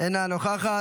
אינה נוכחת.